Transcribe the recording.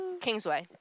Kingsway